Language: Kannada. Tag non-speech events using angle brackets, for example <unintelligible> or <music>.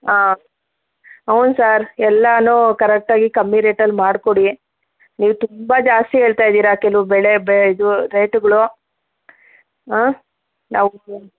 ಹಾಂ ಹೌದು ಸರ್ ಎಲ್ಲಾನೂ ಕರೆಕ್ಟ್ ಆಗಿ ಕಮ್ಮಿ ರೇಟಲ್ಲಿ ಮಾಡಿಕೊಡಿ ನೀವು ತುಂಬ ಜಾಸ್ತಿ ಹೇಳ್ತಾ ಇದ್ದೀರ ಕೆಲವು ಬೇಳೆ ಇದು ರೇಟ್ಗಳು <unintelligible>